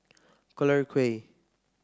Collyer Quay